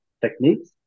techniques